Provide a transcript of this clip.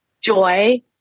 joy